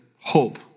hope